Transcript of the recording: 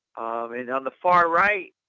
and on the far right.